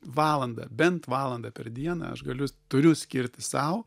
valandą bent valandą per dieną aš galiu turiu skirti sau